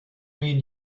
mean